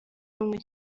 bumwe